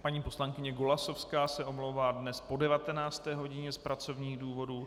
Paní poslankyně Golasowská se omlouvá dnes po 19. hodině z pracovních důvodů.